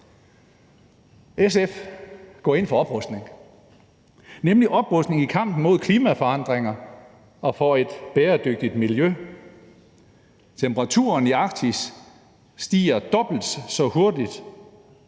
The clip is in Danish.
SF går ind for oprustning, nemlig oprustning i kampen mod klimaforandringer og for et bæredygtigt miljø. Temperaturen i Arktis stiger dobbelt så hurtigt